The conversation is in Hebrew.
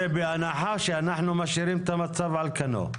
זה בהנחה שאנחנו משאירים את המצב על כנו.